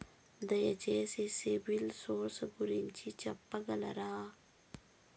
దయచేసి సిబిల్ స్కోర్ గురించి చెప్పగలరా?